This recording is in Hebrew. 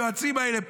היועצים האלה,